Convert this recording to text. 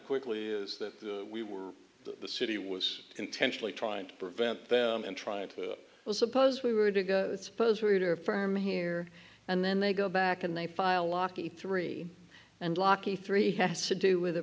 quickly is that we were the city was intentionally trying to prevent them and trying to well suppose we were to go suppose we are firm here and then they go back and they file locking three and locking three has to do with a